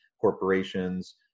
corporations